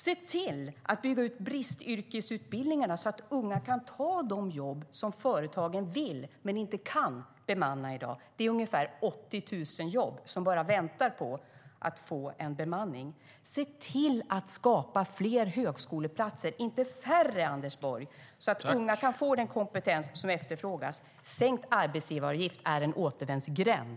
Se till att bygga ut bristyrkesutbildningarna så att unga kan ta de jobb som företagen vill men inte kan bemanna i dag. Det är ungefär 80 000 jobb som bara väntar på bemanning. Se till att skapa fler högskoleplatser, inte färre Anders Borg, så att unga kan få den kompetens som efterfrågas. Sänkt arbetsgivaravgift är en återvändsgränd.